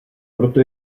proto